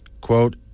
Quote